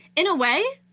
in a way,